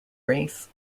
race